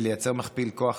ולייצר מכפיל כוח,